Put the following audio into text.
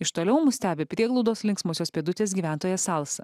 iš toliau mus stebi prieglaudos linksmosios pėdutės gyventoja salsa